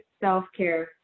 self-care